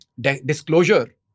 disclosure